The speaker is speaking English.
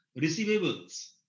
receivables